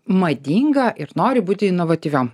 madinga ir nori būti inovatyviom